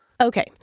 Okay